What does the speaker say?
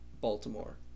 Baltimore